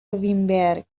وینبرگ